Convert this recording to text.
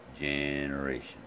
generation